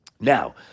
Now